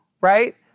right